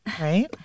Right